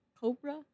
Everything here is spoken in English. Cobra